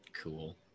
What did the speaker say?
Cool